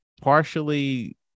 partially